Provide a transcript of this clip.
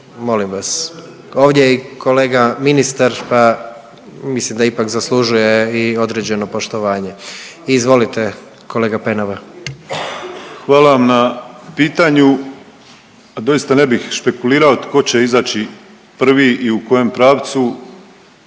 Molim vas, ovdje je i kolega ministar pa, mislim da ipak zaslužuje i određeno poštovanje. Izvolite kolega Penava. **Penava, Ivan (DP)** Hvala vam na pitanju. Doista ne bih špekulirao tko će izaći prvi i u kojem pravcu,